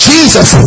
Jesus